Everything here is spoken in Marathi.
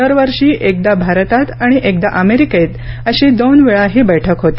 दरवर्षी एकदा भारतात आणि एकदा अमेरिकेत अशी दोन वेळा ही बैठक होते